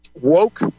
woke